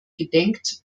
gedenkt